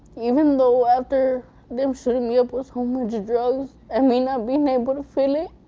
even though after them shooting me up with so much drugs and me not be able feel it,